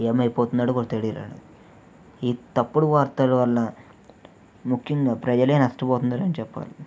ఏమైపోతున్నాడో కూడా తెలియడం లేదు ఈ తప్పుడు వార్తలు వల్ల ముఖ్యంగా ప్రజలే నష్టపోతున్నారని చెప్పాలి